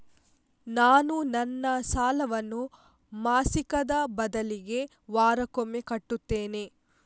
ನಾನು ನನ್ನ ಸಾಲವನ್ನು ಮಾಸಿಕದ ಬದಲಿಗೆ ವಾರಕ್ಕೊಮ್ಮೆ ಕಟ್ಟುತ್ತೇನೆ